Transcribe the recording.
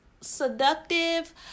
seductive